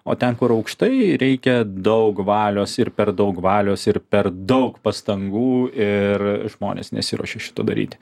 o ten kur aukštai reikia daug valios ir per daug valios ir per daug pastangų ir žmonės nesiruošia šito daryti